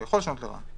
הוא יכול לשנות לרעה.